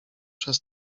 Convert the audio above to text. przez